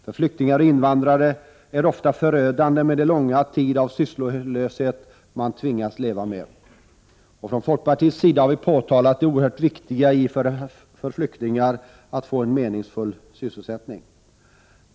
För flyktingar och invandrare är den långa tid av sysslolöshet de tvingas leva med ofta förödande. Från folkpartiets sida har vi framhållit hur oehört viktigt det är för flyktingar att få en meningsfull sysselsättning.